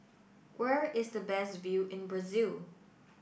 where is the best view in Brazil